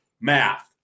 math